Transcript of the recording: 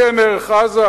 עין ערך: עזה.